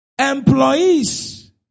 Employees